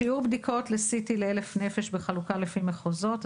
שיעור בדיקות CT ל-1,000 נפש בחלוקה לפי מחוזות: